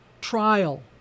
trial